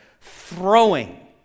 throwing